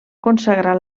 consagrar